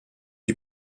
you